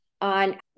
on